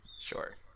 Sure